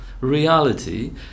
reality